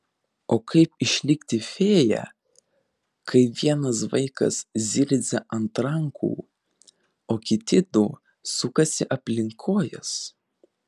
o kaip išlikti fėja kai vienas vaikas zirzia ant rankų o kiti du sukasi aplink kojas